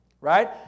right